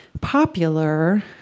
popular